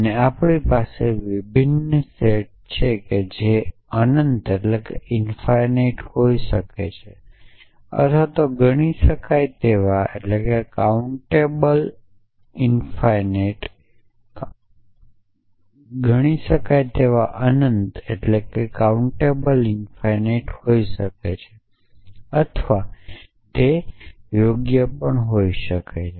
અને આપણી પાસે વિભિન્ન સેટ છે જે અનંત હોઈ શકે છે અથવા ગણી શકાય તેવા અનંત હોઈ શકે છે અથવા તે યોગ્ય પણ હોઈ શકે છે